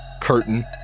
curtain